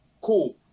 Cool